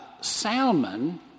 Salmon